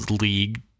league